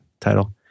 title